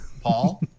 Paul